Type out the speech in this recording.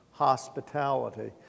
Hospitality